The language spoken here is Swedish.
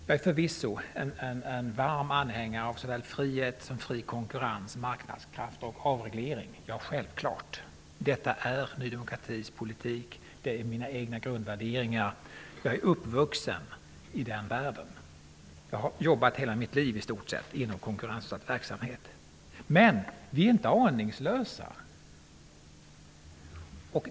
Jag är förvisso en varm anhängare av såväl frihet som fri konkurrens, marknadskrafter och avreglering. Självklart! Detta är Ny demokratis politik, det är mina egna grundvärderingar. Jag är uppvuxen i den världen. Jag har jobbat i stort sett i hela mitt liv inom konkurrensutsatt verksamhet. Men vi är inte aningslösa.